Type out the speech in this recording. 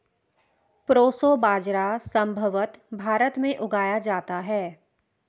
proso बाजरा संभवत भारत में उगाया जाता है